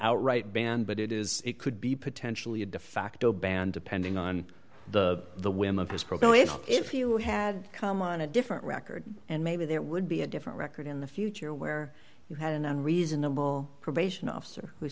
outright ban but it is it could be potentially a de facto ban depending on the the whim of his program if if you have come on a different record and maybe there would be a different record in the future where you had an unreasonable probation officer who